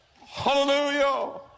Hallelujah